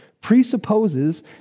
presupposes